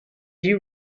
you